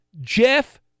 Jeff